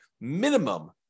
minimum